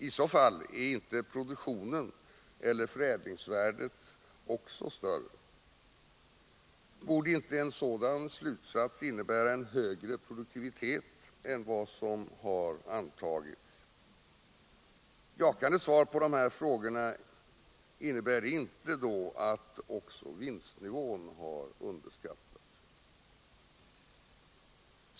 I så fall, är inte produktionen eller förädlingsvärdet också större? Borde inte en sådan slutsats innebära en högre produktivitet än vad som har antagits? Jakande svar på de här frågorna — innebär det inte att också vinstnivån har underskattats?